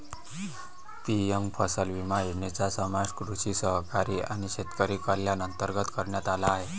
PM फसल विमा योजनेचा समावेश कृषी सहकारी आणि शेतकरी कल्याण अंतर्गत करण्यात आला आहे